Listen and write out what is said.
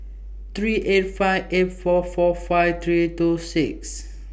three eight five eight four four five three two six